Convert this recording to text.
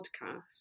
podcast